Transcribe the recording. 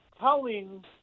telling